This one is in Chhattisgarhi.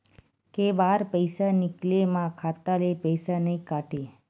के बार पईसा निकले मा खाता ले पईसा नई काटे?